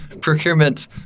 procurement